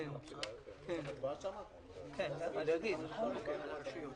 אני מתכבד לפתוח את ישיבת ועדת הכספים בנושא הצעת חוק יסוד: